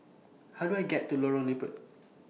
How Do I get to Lorong Liput